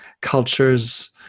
cultures